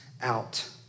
out